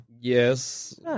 Yes